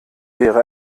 wäre